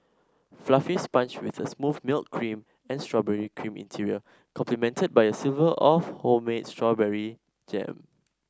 fluffy sponge with a smooth milk cream and strawberry cream interior complemented by a silver of homemade strawberry jam